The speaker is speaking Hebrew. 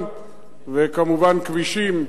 וכמובן כבישים,